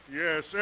Yes